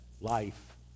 life